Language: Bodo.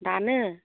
दानो